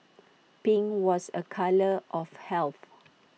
pink was A colour of helpful